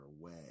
away